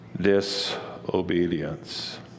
disobedience